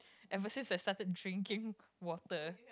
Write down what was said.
I would say that started drinking water